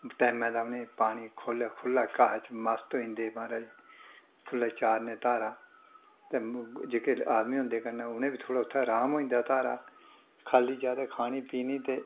टैमे दा उ'नें गी पानी खु'ल्ला खु'ल्ला घाऽ च मस्त होई जंदे म्हाराज खु'ल्लै चारने धारा ते जेह्के आदमी होंदे कन्नै ते उ'नें गी बी थोह्ड़ा उत्थै अराम होई जंदा धारां खाल्ली जैदा खानी पीनी ते